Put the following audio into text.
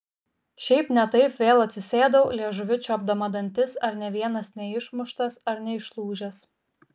šiaip ne taip vėl atsisėdau liežuviu čiuopdama dantis ar nė vienas neišmuštas ar neišlūžęs